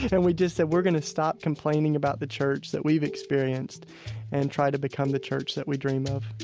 and we just said, we're going to stop complaining about the church that we've experienced and try to become the church that we dream of